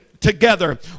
Together